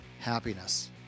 Happiness